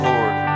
Lord